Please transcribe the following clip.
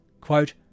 Quote